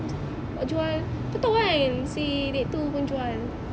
jual kau tahu kan si dia tu pun jual